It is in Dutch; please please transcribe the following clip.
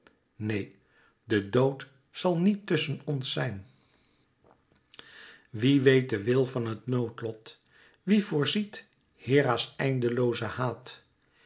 neen de dood zal niet tusschen ns zijn wie weet de wil van het noodlot wie voorziet hera's eindloozen haat